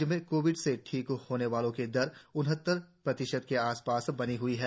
राज्य में कोविड से ठीक होने वालों की दर उनहत्तर प्रतिशत के आस पास बनी हुई है